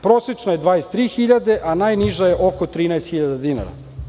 Prosečna je 23 hiljade, a najniža je oko 13 hiljada dinara.